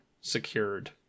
secured